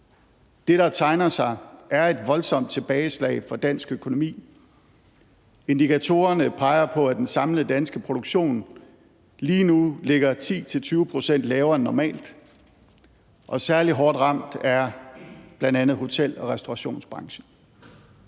Det, der tegner sig, er et voldsomt tilbageslag for dansk økonomi. Indikatorerne peger på, at den samlede danske produktion lige nu ligger 10-20 pct. lavere end normalt, og særlig hårdt ramt er bl.a. hotel- og restaurationsbranchen.